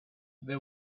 there